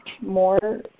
more